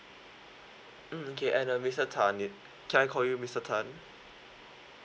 mm okay and uh mister tan you can I call you mister tan